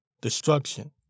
destruction